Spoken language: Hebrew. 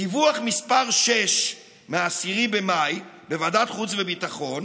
בדיווח מספר 6 מ-10 במאי בוועדת החוץ והביטחון